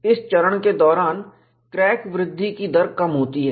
इस चरण के दौरान क्रैक वृद्धि की दर कम होती है